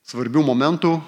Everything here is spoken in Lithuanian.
svarbių momentų